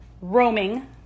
Roaming